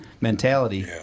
mentality